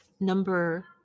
Number